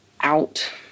out